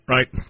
Right